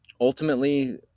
Ultimately